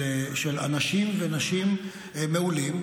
של אנשים ונשים מעולים,